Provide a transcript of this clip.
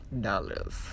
dollars